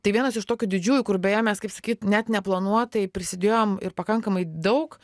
tai vienas iš tokių didžiųjų kur beje mes kaip sakyt net neplanuotai prisidėjom ir pakankamai daug